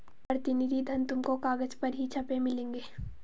प्रतिनिधि धन तुमको कागज पर ही छपे मिलेंगे